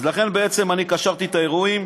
לכן בעצם קשרתי את האירועים